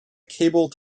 cable